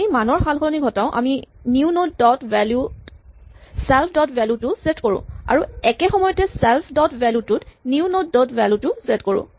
আমি মানৰ সালসলনি ঘটাওঁ আমি নিউ নড ডট ভ্যেলু ত চেল্ফ ডট ভ্যেলু টো ছেট কৰোঁ আৰু একে সময়তে চেল্ফ ডট ভ্যেলু টোত new node dot value set কৰোঁ